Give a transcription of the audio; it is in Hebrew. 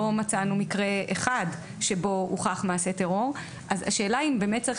לא מצאנו מקרה אחד בו הוכח מעשה טרור - השאלה אם באמת צריך